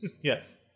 Yes